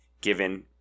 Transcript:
given